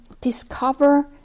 discover